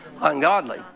ungodly